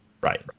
right